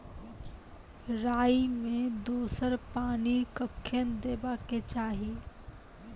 राई मे दोसर पानी कखेन देबा के चाहि?